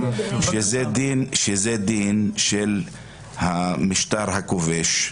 שזה דין של המשטר הכובש,